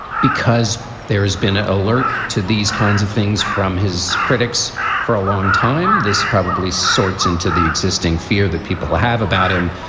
because there has been an alert to these kinds of things from his critics for a long time, this probably sorts into the existing fear that people have about him,